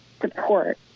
support